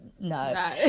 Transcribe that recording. no